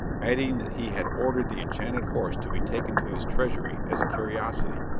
adding that he had ordered the enchanted horse to be taken to his treasury as a curiosity,